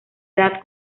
edad